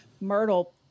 Myrtle